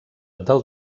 del